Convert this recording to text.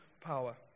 power